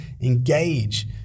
engage